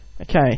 Okay